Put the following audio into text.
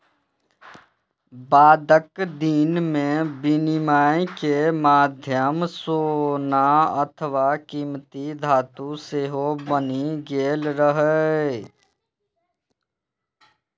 बादक दिन मे विनिमय के माध्यम सोना अथवा कीमती धातु सेहो बनि गेल रहै